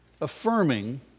affirming